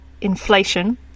inflation